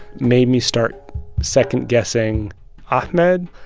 made me start second-guessing ahmed.